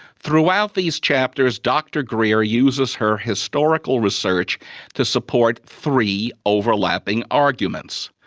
throughout these chapters dr greer uses her historical research to support three overlapping arguments.